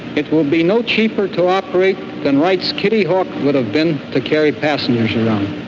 it will be no cheaper to operate then write's kitty hawk would have been to carry passengers around.